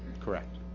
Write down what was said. Correct